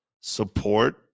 support